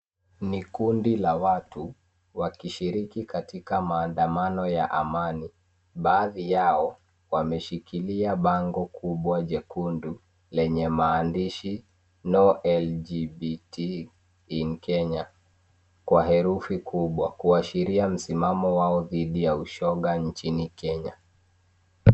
Ni kundi la watu wakishiriki katika maandamano ya amani. Baadhi yao wameshikilia bango kubwa jekundu lenye maandishi no LGBT in Kenya kwa herufi kubwa kuashiria msimamao wao dhidi ya ushoga nchini Kenya.